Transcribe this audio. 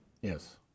Yes